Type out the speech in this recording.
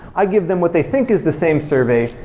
i give them what they think is the same survey,